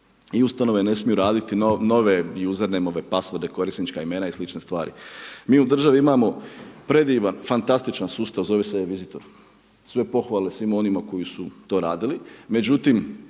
I ustanove ne smiju raditi nove username, passworde, korisnička imena i slične stvari. Mi u državi imamo predivan, fantastičan sustav, zove se e-visitor. Sve pohvale svima onima koji su to radili.